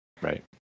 Right